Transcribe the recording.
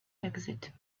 exit